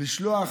לשלוח